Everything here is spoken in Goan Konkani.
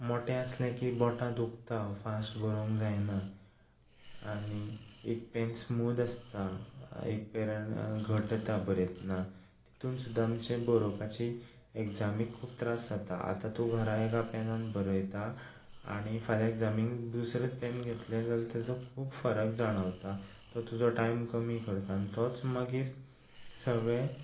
मोटें आसलें की बोटां दुखतात वो फास्ट बरोंक जायना आनी एक पेन स्मूत आसता एक पेन घट येता बरयतना तितून सुद्दां आमचें बरोवपाची एग्जामीक खूब त्रास जाता आतां तूं घरा एका पेनान बरयता आनी फाल्यां एग्जामीक दुसरेंत पेन घेतलें जाल्यार ताजो खूब फरक जाणवता तो तुजो टायम कमी करता आनी तो तोच मागीर सगळें